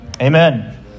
Amen